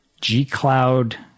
G-Cloud